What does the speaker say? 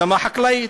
אדמה חקלאית,